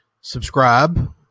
Subscribe